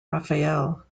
raphael